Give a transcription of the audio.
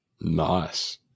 Nice